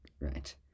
Right